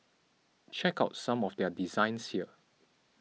check out some of their designs here